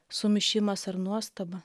sumišimas ar nuostaba